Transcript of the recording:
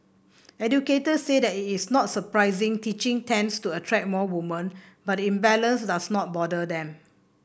educators said that it is not surprising teaching tends to attract more women but the imbalance does not bother them